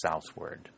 southward